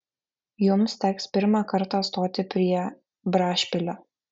jums teks pirmą kartą stoti prie brašpilio